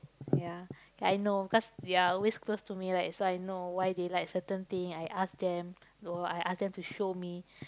ya I know because they are always close to me like so I know why they like certain thing I ask them you know I ask them to show me